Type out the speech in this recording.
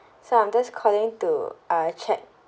so I'm just calling to uh check